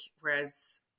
whereas